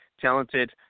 talented